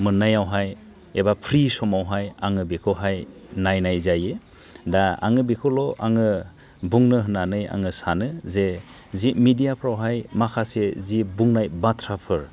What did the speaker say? मोननायावहाय एबा फ्रि समावहाय आङो बेखौहाय नायनाय जायो दा आङो बेखौ ल' आङो बुंनो होननानै आङो सानो जे जि मेडियाफ्रावहाय जि माखासे जि बुंनाय बाथ्राफोर